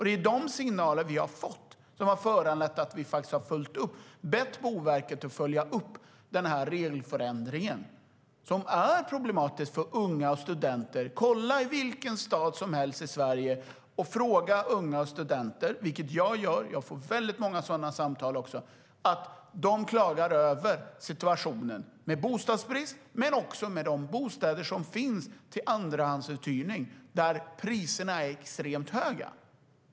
Det är dessa signaler vi har fått och som har föranlett oss att be Boverket att följa upp denna regelförändring, som är problematisk för unga och studenter. Ta vilken stad som helst i Sverige och fråga unga och studenter, vilket jag gör, och jag får många sådana samtal. De klagar över situationen med bostadsbrist. Men de klagar också över de bostäder som finns för andrahandsuthyrning, där priserna är extremt höga.